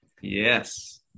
yes